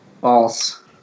False